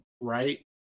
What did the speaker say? right